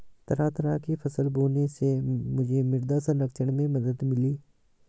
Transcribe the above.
तरह तरह की फसल बोने से मुझे मृदा संरक्षण में मदद मिली